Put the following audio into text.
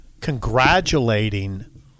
congratulating